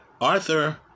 Arthur